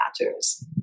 matters